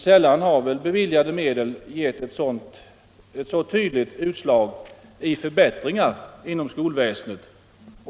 Sällan har beviljade medel gett ett så tydligt utslag i förbättringar inom skolväsendet.